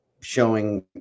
showing